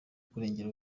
kurengera